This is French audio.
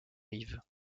rives